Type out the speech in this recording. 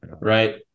Right